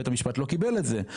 בית המשפט לא קיבל את זה,